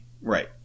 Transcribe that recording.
Right